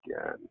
again